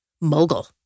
mogul